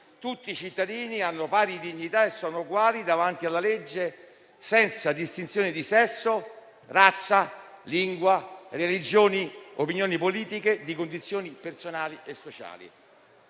«Tutti i cittadini hanno pari dignità sociale e sono eguali davanti alla legge, senza distinzione di sesso, di razza, di lingua, di religione, di opinioni politiche, di condizioni personali e sociali».